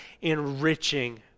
enriching